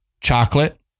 chocolate